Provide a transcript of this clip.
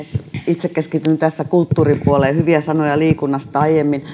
itse keskityn tässä kulttuuripuoleen hyviä sanoja liikunnasta tuli aiemmin